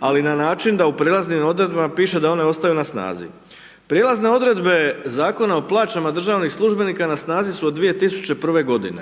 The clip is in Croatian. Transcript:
ali na način da u prijelaznim Odredbama piše da one ostaju na snazi. Prijelazne odredbe Zakona o plaćama državnih službenika na snazi su od 2001. g.,